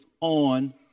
on